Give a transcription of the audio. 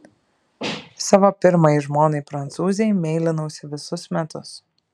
savo pirmajai žmonai prancūzei meilinausi visus metus